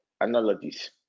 analogies